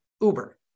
Uber